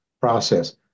process